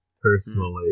personally